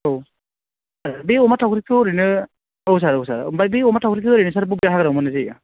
औ बे अमा थावख्रिखौ ओरैनो औ सार औ सार आमफाय बे अमा थावख्रिखौ ओरैनो सार बबे हाग्रायाव मोन्नाय जायो